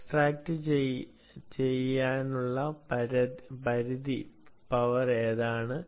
എക്സ്ട്രാക്റ്റുചെയ്യാനുള്ള പരമാവധി പവർ ഏതാണ്